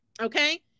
Okay